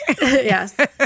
Yes